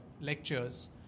lectures